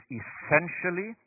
essentially